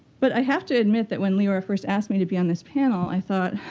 but i have to admit that when leora first asked me to be on this panel, i thought,